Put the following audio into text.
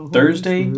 Thursday